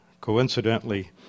Coincidentally